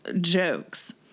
jokes